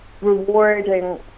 rewarding